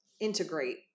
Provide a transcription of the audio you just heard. integrate